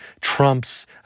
Trump's